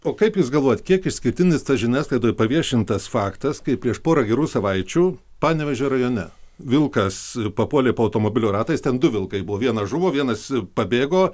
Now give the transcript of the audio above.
o kaip jūs galvojat kiek išskirtinis tas žiniasklaidoj paviešintas faktas kaip prieš porą gerų savaičių panevėžio rajone vilkas papuolė po automobilio ratais ten du vilkai buvo vienas žuvo vienas pabėgo